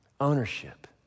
Ownership